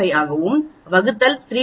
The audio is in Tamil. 5 ஆகவும் வகுத்தல் 3